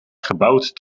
gebouwd